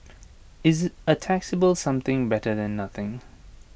is A taxable something better than nothing